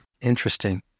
Interesting